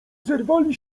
zerwali